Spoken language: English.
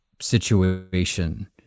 situation